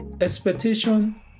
Expectation